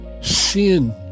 sin